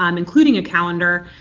um including a calendar,